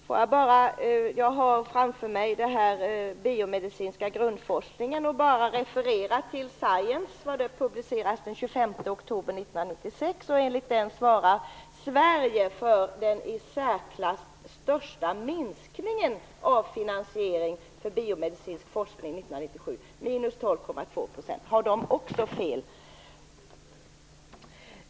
Fru talman! Beträffande det här med den biomedicinska grundforskningen vill jag referera till vad som publiceras i Science den 25 oktober 1996. Enligt den svarar Sverige för den i särklass största minskningen av finansiering för biomedicinsk forskning 1997: minus 12,2 %. Har Science också fel?